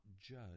judge